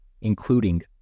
including